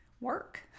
work